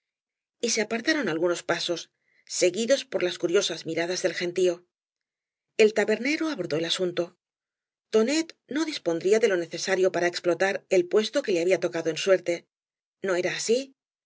y se apartaron algunos pasos seguidos por las curiosas miradas del gentío el tabernero abordó el asunto tenet no dispondría de lo necesario para explotar el puesto que le había tocado en suerte no era así